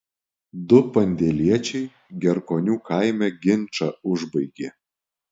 du pandėliečiai gerkonių kaime ginčą užbaigė